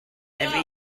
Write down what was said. every